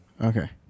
Okay